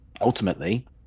ultimately